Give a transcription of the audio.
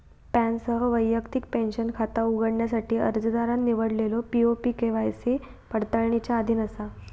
पॅनसह वैयक्तिक पेंशन खाता उघडण्यासाठी अर्जदारान निवडलेलो पी.ओ.पी के.वाय.सी पडताळणीच्या अधीन असा